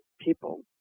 people